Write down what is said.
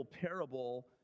parable